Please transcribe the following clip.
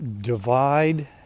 divide